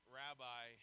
rabbi